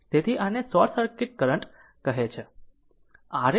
તેથી આને short circuit current કહે છે